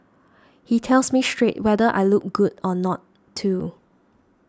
he tells me straight whether I look good or not too